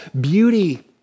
beauty